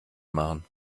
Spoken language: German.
machen